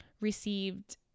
received